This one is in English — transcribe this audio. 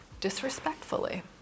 disrespectfully